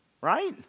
right